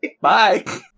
Bye